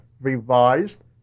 revised